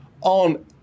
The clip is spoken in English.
on